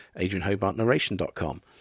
adrianhobartnarration.com